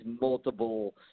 multiple